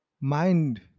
mind